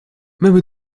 même